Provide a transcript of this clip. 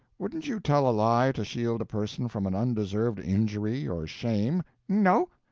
wouldn't you tell a lie to shield a person from an undeserved injury or shame? no.